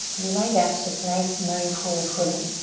be my guest. just nice mindful footing.